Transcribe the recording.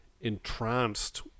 entranced